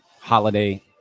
holiday